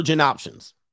options